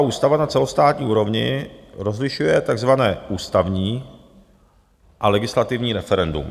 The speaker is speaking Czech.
Francouzská ústava na celostátní úrovni rozlišuje takzvané ústavní a legislativní referendum.